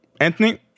Anthony